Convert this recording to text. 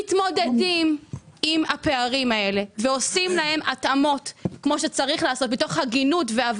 מתמודדים עם הפערים האלה ועושים להם התאמות מתוך הגינות ומתוך